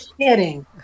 kidding